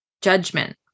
judgment